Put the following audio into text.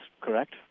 correct